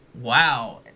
Wow